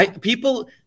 People